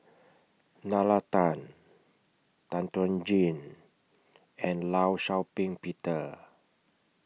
Nalla Tan Tan Chuan Jin and law Shau Ping Peter